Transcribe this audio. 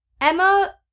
Emma